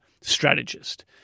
strategist